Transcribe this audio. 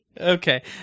Okay